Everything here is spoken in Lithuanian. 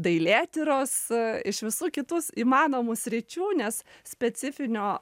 dailėtyros iš visų kitų s įmanomų sričių nes specifinio